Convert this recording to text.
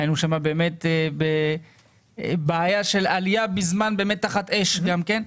היינו שם באמת בבעיה של עלייה בזמן באמת תחת אש גם כן,